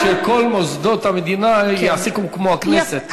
שכל מוסדות המדינה יעסיקו כמו הכנסת.